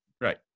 Right